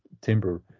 timber